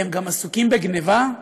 הם גם עסוקים בגנבה?